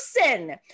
person